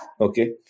Okay